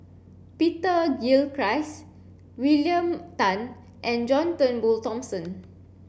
Peter Gilchrist William Tan and John Turnbull Thomson